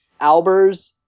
Albers